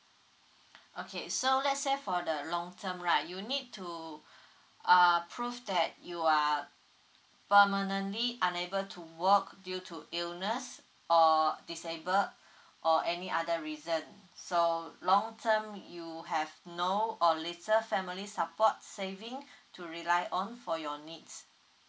okay so let's say for the long term right you need to err prove that you're permanently unable to work due to illness or disabled or any other reason so long term you have no or later family support saving to rely on for your needs